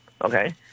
okay